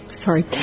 Sorry